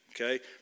okay